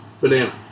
banana